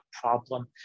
problem